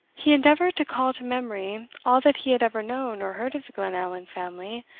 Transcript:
he endeavoured to call to memory all that he had ever known or heard of the glenallan family,